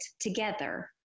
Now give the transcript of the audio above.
together